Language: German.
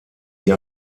wie